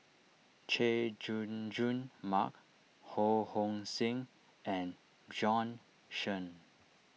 Chay Jung Jun Mark Ho Hong Sing and Bjorn Shen